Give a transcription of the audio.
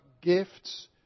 gifts